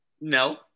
No